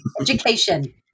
education